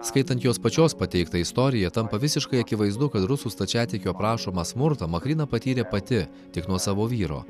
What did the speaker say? skaitant jos pačios pateiktą istoriją tampa visiškai akivaizdu kad rusų stačiatikių aprašomą smurtą makryna patyrė pati tik nuo savo vyro